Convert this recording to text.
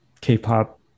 k-pop